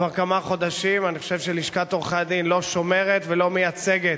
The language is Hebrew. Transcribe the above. כבר כמה חודשים אני חושב שלשכת עורכי-הדין לא שומרת ולא מייצגת